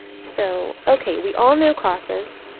so ok, we all know casas.